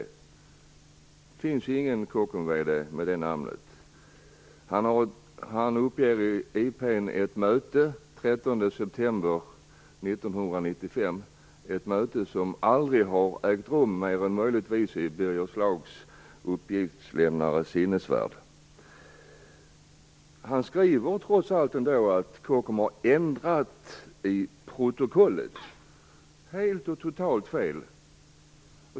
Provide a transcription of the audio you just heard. Det finns ingen Kockums-VD med det namnet. Han uppger i interpellationen ett möte den 13 september 1995 - ett möte som aldrig har ägt rum, mer än möjligtvis i Birger Schlaugs uppgiftslämnares sinnevärld. Han skriver trots allt att Kockums har ändrat i protokollet. Det är helt och totalt fel.